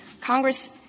Congress